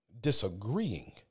disagreeing